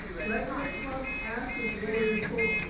president trump asked his lawyer quote,